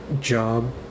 job